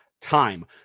time